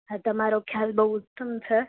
હા તમારો ખ્યાલ બહુ ઉત્તમ છે